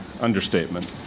understatement